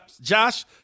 Josh